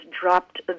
dropped